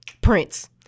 Prince